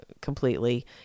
completely